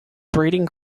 breeding